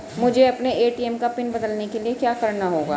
मुझे अपने ए.टी.एम का पिन बदलने के लिए क्या करना होगा?